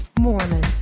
Mormon